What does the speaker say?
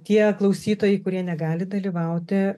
tie klausytojai kurie negali dalyvauti